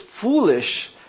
foolish